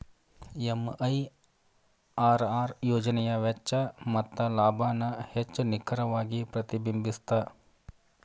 MIRR ಯೋಜನೆಯ ವೆಚ್ಚ ಮತ್ತ ಲಾಭಾನ ಹೆಚ್ಚ್ ನಿಖರವಾಗಿ ಪ್ರತಿಬಿಂಬಸ್ತ